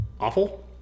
awful